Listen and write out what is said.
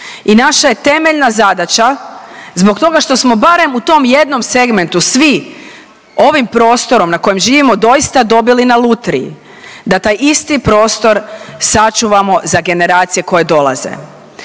i naša je temeljna zadaća zbog toga što smo barem u tom jednom segmentu svi ovim prostorom na kojem živimo doista dobili na lutriji, da taj isti prostor sačuvamo za generacije koje dolaze.